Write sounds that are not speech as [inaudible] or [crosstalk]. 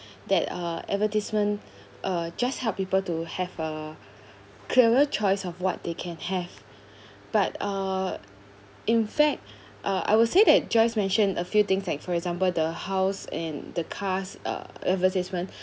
that uh advertisement uh just help people to have a clearer choice of what they can have but uh in fact [breath] uh I would say that joyce mentioned a few things like for example the house and the cars uh advertisement